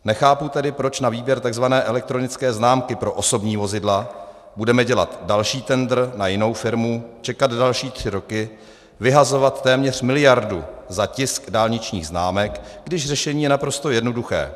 Nechápu tedy, proč na výběr takzvané elektronické známky pro osobní vozidla budeme dělat další tendr na jinou firmu, čekat další tři roky, vyhazovat téměř miliardu za tisk dálničních známek, když řešení je naprosto jednoduché.